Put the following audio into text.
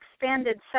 expanded